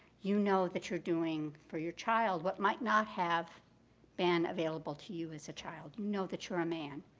you know that you're doing for your child what might not have been available to you as a child. you know that you're a man.